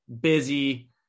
busy